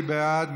מי בעד?